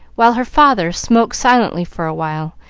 while her father smoked silently for a while,